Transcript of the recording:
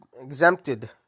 exempted